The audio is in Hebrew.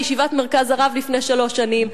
בישיבת "מרכז הרב" לפני שלוש שנים,